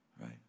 Right